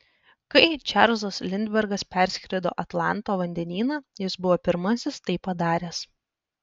kai čarlzas lindbergas perskrido atlanto vandenyną jis buvo pirmasis tai padaręs